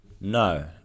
No